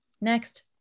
Next